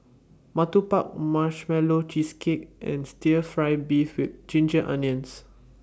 Ketupat Marshmallow Cheesecake and Stir Fry Beef with Ginger Onions